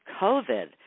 COVID